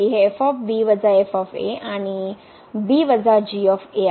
तर ϕ 0 आहे आणि हे आणि आहे